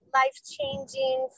life-changing